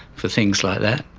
for things like that.